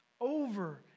over